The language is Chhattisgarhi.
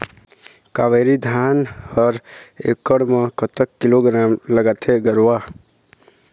कावेरी धान हर एकड़ म कतक किलोग्राम लगाथें गरवा?